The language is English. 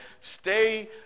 Stay